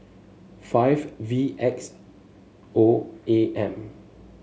five V X O A M